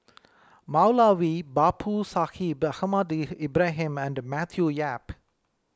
Moulavi Babu Sahib Ahmad Ibrahim and Matthew Yap